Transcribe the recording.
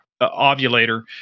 ovulator